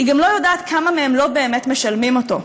היא גם לא יודעת כמה מהם לא באמת משלמים אותו.